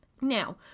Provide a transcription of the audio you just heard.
Now